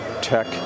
tech